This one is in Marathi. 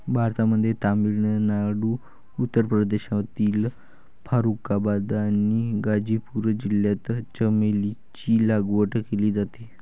भारतामध्ये तामिळनाडू, उत्तर प्रदेशमधील फारुखाबाद आणि गाझीपूर जिल्ह्यात चमेलीची लागवड केली जाते